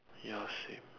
ya same